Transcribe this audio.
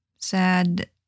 sad